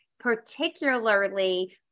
particularly